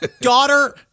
Daughter